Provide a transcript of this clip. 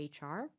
HR